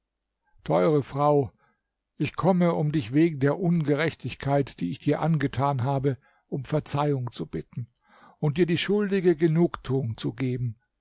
teure frau ich komme um dich wegen der ungerechtigkeit die ich dir angetan habe um verzeihung zu bitten und dir die schuldige genugtuung zu geben